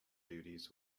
duties